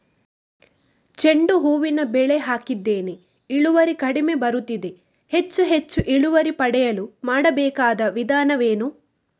ಚೆಂಡು ಹೂವಿನ ಬೆಳೆ ಹಾಕಿದ್ದೇನೆ, ಇಳುವರಿ ಕಡಿಮೆ ಬರುತ್ತಿದೆ, ಹೆಚ್ಚು ಹೆಚ್ಚು ಇಳುವರಿ ಪಡೆಯಲು ಮಾಡಬೇಕಾದ ವಿಧಾನವೇನು?